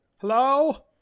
Hello